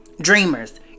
Dreamers